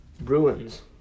Bruins